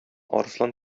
арыслан